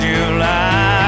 July